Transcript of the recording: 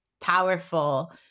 powerful